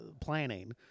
planning